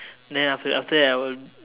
then after after that I will